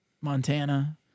Montana